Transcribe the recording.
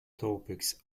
topics